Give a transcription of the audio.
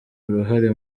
uruhare